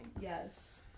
Yes